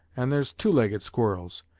and there's two legged squirrels,